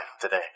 today